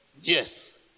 Yes